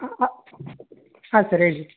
ಹಾಂ ಸರ್ ಹೇಳಿ